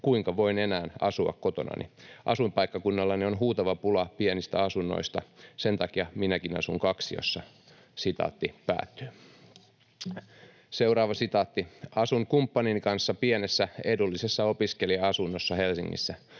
kuinka voin enää asua kotonani? Asuinpaikkakunnallani on huutava pula pienistä asunnoista. Sen takia minäkin asun kaksiossa.” ”Asun kumppanini kanssa pienessä edullisessa opiskelija-asunnossa Helsingissä.